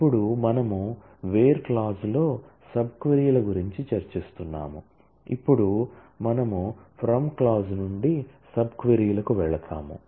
ఇప్పుడు మనము where clause లో నుండి సబ్ క్వరీ లకు వెళ్తాము